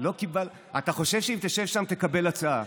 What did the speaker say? אתה חושב שאם תשב שם תקבל הצעה.